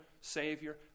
Savior